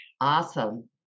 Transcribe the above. Awesome